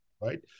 right